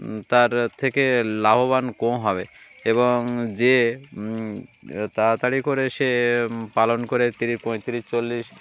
তার থেকে লাভবান কম হবে এবং যে তাড়াতাড়ি করে সে পালন করে তিরিশ পঁয়ত্রিশ চল্লিশ